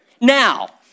now